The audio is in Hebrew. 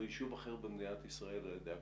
ישוב אחר במדינת ישראל על ידי הקורונה,